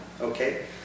Okay